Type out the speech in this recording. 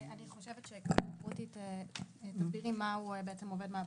אני חושבת, רותי, שתסבירי מהו בעצם עובד מעבדה.